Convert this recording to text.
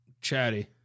Chatty